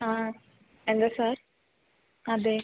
ആ എന്താ സാർ അതെ